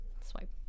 swipe